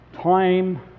time